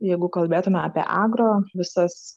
jeigu kalbėtumėme apie agro visas